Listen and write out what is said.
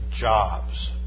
jobs